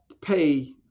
pay